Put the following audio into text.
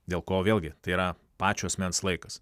dėl ko vėlgi tai yra pačio asmens laikas